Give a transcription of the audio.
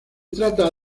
trata